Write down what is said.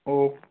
okay